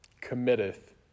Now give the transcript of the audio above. committeth